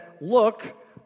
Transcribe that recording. Look